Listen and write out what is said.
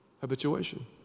habituation